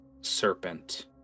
serpent